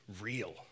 Real